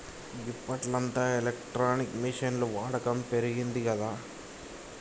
గిప్పట్ల అంతా ఎలక్ట్రానిక్ మిషిన్ల వాడకం పెరిగిందిగదా